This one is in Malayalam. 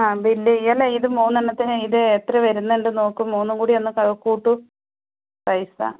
ആ ബിൽ ചെയ്യാം അല്ല ഇത് മൂന്നെണ്ണത്തിന് ഇത് എത്ര വരുന്നുണ്ടെന്നു നോക്കു മൂന്നുംകൂടിയൊന്ന് കൂട്ടു പൈസ